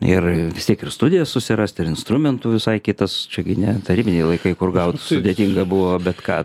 ir tiek ir studijas susirasti ir instrumentų visai kitas čia gi ne tarybiniai laikai kur gaut sudėtinga buvo bet ką